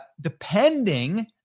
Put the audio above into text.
depending